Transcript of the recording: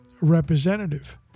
representative